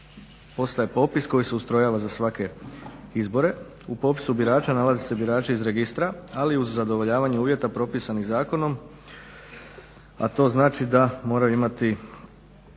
postaje popis koji se ustrojava za svake izbore. U popisu birača nalaze se birači iz Registra ali uz zadovoljavanje uvjeta propisanih zakonom, a to znači da moraju imati